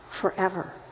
forever